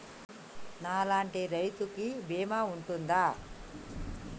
నా లాంటి రైతు కి బీమా ఉంటుందా?